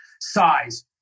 size